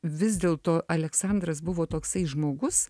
vis dėlto aleksandras buvo toksai žmogus